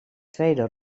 tweede